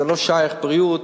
זה לא שייך לבריאות,